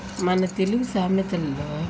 మన తెలుగు సామెతల్లో